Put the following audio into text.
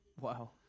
Wow